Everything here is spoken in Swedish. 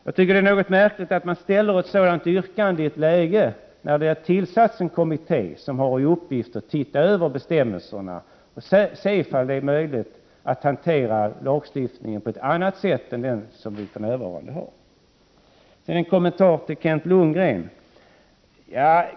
Jag tycker det är märkligt att man ställer ett sådant yrkande som vpk gjort i ett läge när det har tillsatts en kommitté, som har till uppgift att se över bestämmelserna och se om det är möjligt att hantera lagstiftningen på ett annat sätt. Så en kommentar till Kent Lundgren.